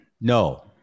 no